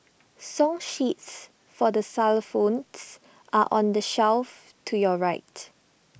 song sheets for the xylophones are on the shelf to your right